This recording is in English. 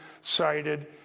cited